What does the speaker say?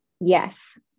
Yes